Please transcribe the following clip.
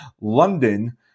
London